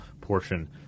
portion